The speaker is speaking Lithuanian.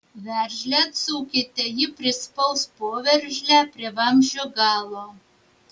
veržlę atsukite ji prispaus poveržlę prie vamzdžio galo